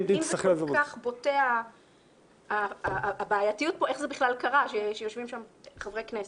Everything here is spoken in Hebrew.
אם זה כל כך בוטה הבעייתיות פה איך זה בכלל קרה שיושבים שם חברי כנסת.